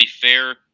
fair